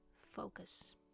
focus